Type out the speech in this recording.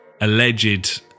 alleged